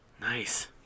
nice